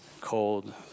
cold